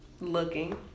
looking